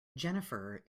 jennifer